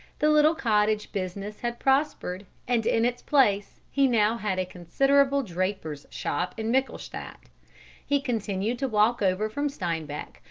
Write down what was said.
the little cottage business had prospered, and in its place he now had a considerable draper's shop in michelstadt. he continued to walk over from steinbach,